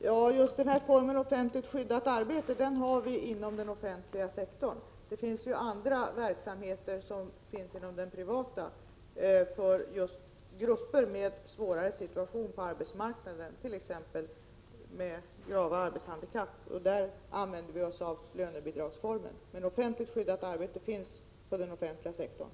Herr talman! Just formen offentligt skyddat arbete har vi inom den offentliga sektorn. Det finns ju andra verksamheter inom den privata sektorn för grupper med en svårare situation på arbetsmarknaden, t.ex. för dem med grava arbetshandikapp. Där använder vi oss av lönebidragsformen. Offentligt skyddat arbete finns i den offentliga sektorn.